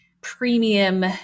premium